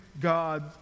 God